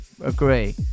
agree